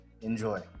Enjoy